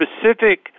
specific